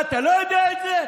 מה, אתה לא יודע את זה?